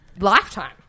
lifetime